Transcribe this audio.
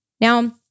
Now